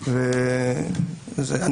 הסדרת חובות,